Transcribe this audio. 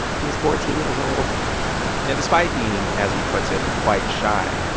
he was fourteen years old and despite being, as he puts it, quite shy,